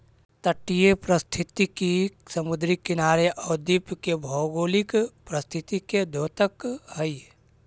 तटीय पारिस्थितिकी समुद्री किनारे आउ द्वीप के भौगोलिक परिस्थिति के द्योतक हइ